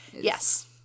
Yes